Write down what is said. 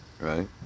Right